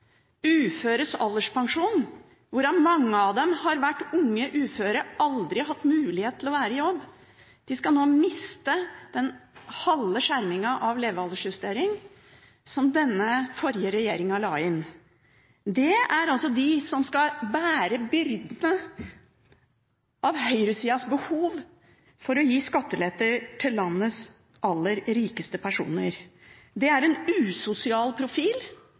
Uføres alderspensjon, hvorav mange av dem har vært unge uføre og aldri hatt mulighet til å være i jobb, skal nå miste den halve skjermingen av levealdersjustering som den forrige regjeringen la inn. Det er altså de som skal bære byrdene av høyresidas behov for å gi skattelette til landets aller rikeste personer. Det er en usosial profil,